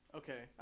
okay